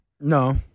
No